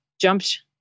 jumped